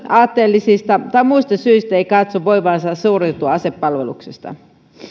aatteellisista tai muista syistä ei katso voivansa suoriutua asepalveluksesta